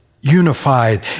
unified